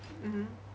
mmhmm